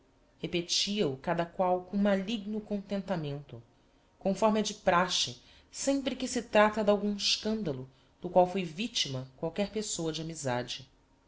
inacreditavel repetia o cada qual com maligno contentamento conforme é da praxe sempre que se trata d'algum escandalo do qual foi victima qualquer pessoa d'amizade